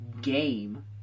game